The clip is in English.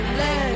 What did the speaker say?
let